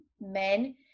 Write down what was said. men